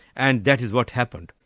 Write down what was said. and that is what happened.